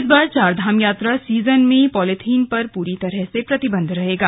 इस बार चारधाम यात्रा सीजन में पॉलीथीन पर पूरी तरह से प्रतिबंध रहेगा